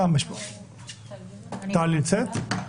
טל נמצאת?